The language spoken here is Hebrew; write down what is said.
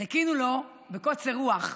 חיכינו לו בקוצר רוח.